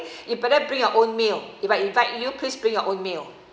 you better bring your own meal if I invite you please bring your own meal